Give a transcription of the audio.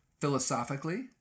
philosophically